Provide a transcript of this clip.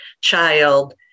child